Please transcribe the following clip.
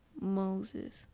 Moses